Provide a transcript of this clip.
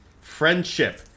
friendship